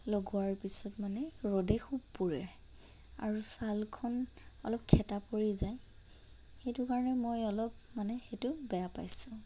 লগোৱাৰ পিছত মানে ৰ'দে খুব পুৰে আৰু ছালখন অলপ শেঁতা পৰি যায় সেইটো কাৰণে মই অলপ মানে সেইটো বেয়া পাইছোঁ